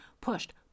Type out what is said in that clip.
pushed